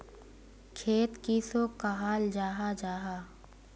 खेत किसोक कहाल जाहा जाहा?